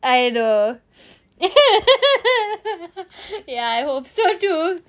I know ya I hope so too